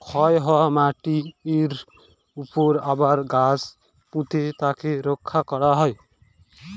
ক্ষয় হওয়া মাটিরর উপরে আবার গাছ পুঁতে তাকে রক্ষা করা হয়